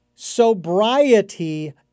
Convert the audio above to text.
Sobriety